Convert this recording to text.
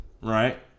right